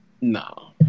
No